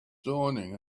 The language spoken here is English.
dawning